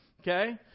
Okay